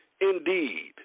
indeed